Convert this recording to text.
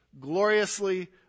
Gloriously